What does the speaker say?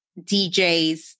DJs